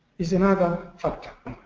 is another factor.